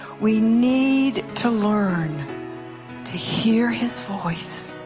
we need to learn to hear his voice.